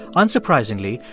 unsurprisingly,